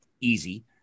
easy